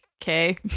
Okay